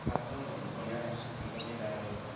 फात्सुङ भन्ने उपन्यास एकदमै राम्रो छ